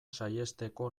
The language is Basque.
saihesteko